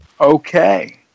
Okay